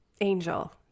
angel